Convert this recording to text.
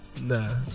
Nah